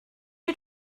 you